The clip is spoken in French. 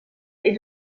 est